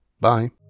Bye